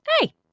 hey